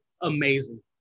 amazing